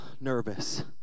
nervous